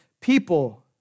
people